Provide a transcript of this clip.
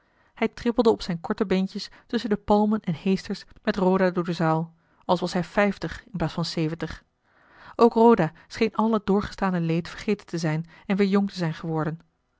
hij trippelde op zijne korte beentjes tusschen de palmen en heesters met roda door de zaal als was hij vijftig in plaats van zeventig ook roda scheen al het doorgestane leed vergeten te zijn en weer jong te zijn geworden